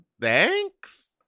Thanks